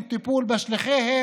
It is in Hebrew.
אין טיפול בשליחיהם,